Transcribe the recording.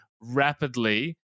rapidly